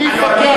מי יפקח עליהם?